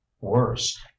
worse